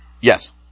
Yes